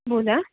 बोला